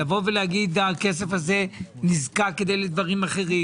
לבוא ולהגיד הכסף הזה נזקק לדברים אחרים,